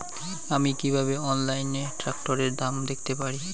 আমি কিভাবে অনলাইনে ট্রাক্টরের দাম দেখতে পারি?